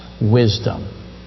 wisdom